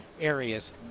areas